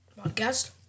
podcast